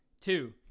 Two